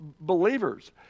believers